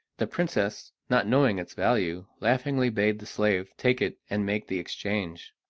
the princess, not knowing its value, laughingly bade the slave take it and make the exchange.